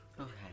okay